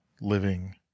living